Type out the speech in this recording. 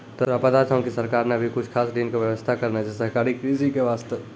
तोरा पता छौं कि सरकार नॅ भी कुछ खास ऋण के व्यवस्था करनॅ छै सहकारी कृषि के वास्तॅ